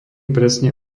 presne